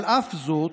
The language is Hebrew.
על אף האמור,